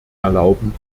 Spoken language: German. erlauben